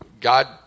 God